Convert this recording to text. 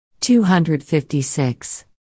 256